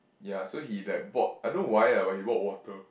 ya so he like bought I don't know why ah but he bought water